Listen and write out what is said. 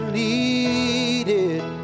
needed